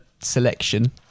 selection